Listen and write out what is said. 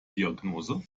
diagnose